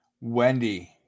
Wendy